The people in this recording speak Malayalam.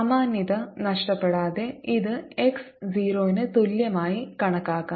സാമാന്യത നഷ്ടപ്പെടാതെ ഇത് x 0 ന് തുല്യമായി കണക്കാക്കാം